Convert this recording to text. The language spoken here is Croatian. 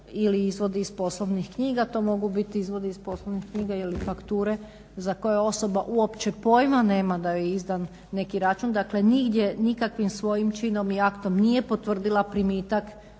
izvodi iz poslovnih knjiga, to mogu biti izvodi iz poslovnih knjiga ili fakture za koje osoba uopće pojma nema da je izdan neki račun, dakle nigdje nikakvim svojim činom i aktom nije potvrdila primitak